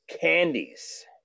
candies